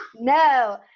No